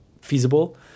feasible